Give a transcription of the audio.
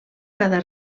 cada